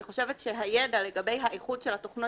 אני חושבת שהידע לגבי האיכות של תוכנות